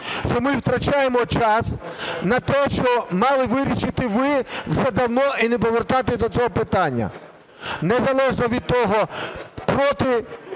що ми втрачаємо час на те, що мали вирішити ви вже давно і не повертатися до цього питання? Незалежно від того, проти